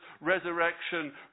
resurrection